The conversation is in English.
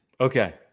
Okay